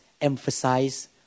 emphasize